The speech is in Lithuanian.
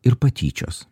ir patyčios